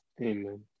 amen